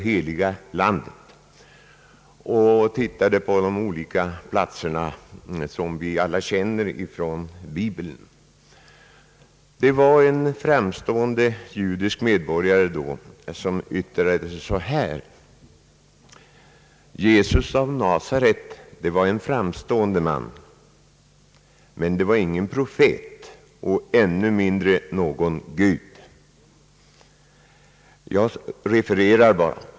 Heliga landet, där jag tittade på de olika platser som vi alla känner från bibeln. Jag träffade en framstående judisk medborgare som yttrade: Jesus av Nasaret var en framstående man, men han var ingen profet och ännu mindre någon gud. Jag refererar bara.